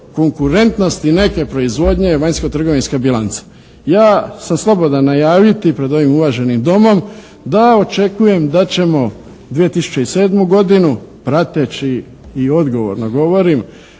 konkurentnosti neke proizvodnje je vanjsko-trgovinska bilanca. Ja sam slobodan najaviti pred ovim uvaženim Domom da očekujem da ćemo 2007. godinu prateći i odgovorno govorim